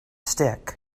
stick